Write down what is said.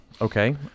Okay